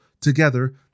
Together